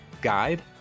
guide